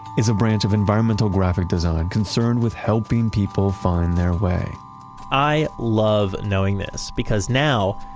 is a branch of environmental graphic design concerned with helping people find their way i love knowing this because now,